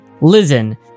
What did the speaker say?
Listen